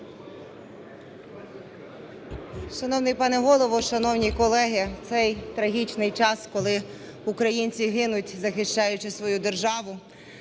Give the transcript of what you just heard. Шановний пане Голово, шановні колеги! В цей трагічний час, коли українці гинують, захищаючи свою державу,